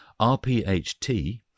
RPHT